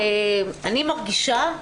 אני מרגישה,